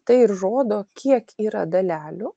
tai ir rodo kiek yra dalelių